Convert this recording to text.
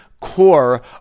core